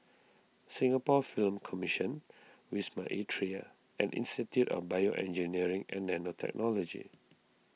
Singapore Film Commission Wisma Atria and Institute of BioEngineering and Nanotechnology